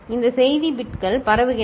இந்த செய்தி பிட்கள் பரவுகின்றன